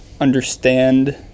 understand